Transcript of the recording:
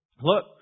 look